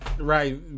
right